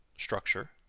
structure